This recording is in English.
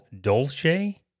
Dolce